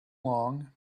long